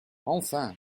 enfin